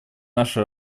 наша